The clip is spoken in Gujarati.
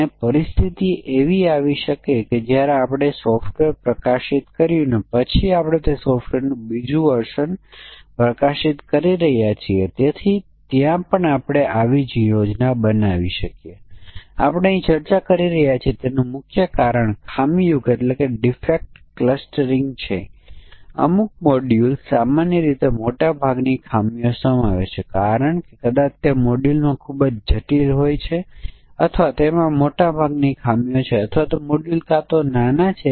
તેથી બ્લેક બોક્સ ટેસ્ટ સ્યુટમાં આપણે પ્રથમ વસ્તુ ધ્યાનમાં લેવી જોઈએ તે સમકક્ષ વર્ગ છે અને જો તમે ચર્ચા કરેલી બાબતો તરફ ધ્યાન આપશો તો જો એક સંકેત તરીકે સમકક્ષ વર્ગમાં આપણે દૃશ્યો ધ્યાનમાં લેવાની જરૂર છે અને તે સંભવિત સમકક્ષ વર્ગ કયા છે તે વિશે સંકેત આપે છે